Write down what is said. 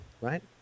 right